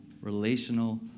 relational